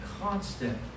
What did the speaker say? constant